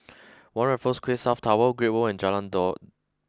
one Raffles Quay South Tower Great World and Jalan Daud